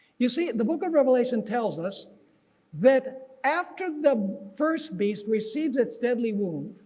you see the book of revelation tells us that after the first beast receives its deadly wound